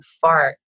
fart